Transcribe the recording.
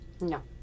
No